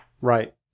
Right